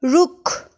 रुख